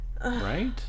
Right